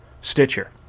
Stitcher